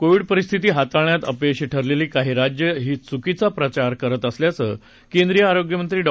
Covid परिस्थिती हाताळण्यात अपयशी ठरलेली काही राज्यं ही च्कीचा प्रचार करत असल्याचं केंद्रीय आरोग्य मंत्री डॉ